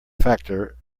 factor